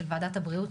של וועדת הבריאות,